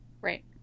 Right